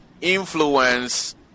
influence